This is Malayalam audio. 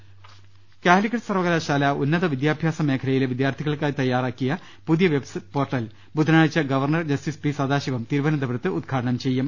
രുട്ട്ട്ട്ട്ട്ട്ട്ട കാലിക്കറ്റ് സർവകലാശാല ഉന്നത വിദ്യാഭ്യാസ മേഖലയിലെ വിദ്യാർത്ഥി കൾക്കായി തയ്യാറാക്കിയ പുതിയ വെബ് പോർട്ടൽ ബുധനാഴ്ച ഗവർണർ ജസ്റ്റിസ് പി സദാശിവം തിരുവനന്തപുരത്ത് ഉദ്ഘാടനം ചെയ്യും